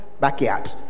backyard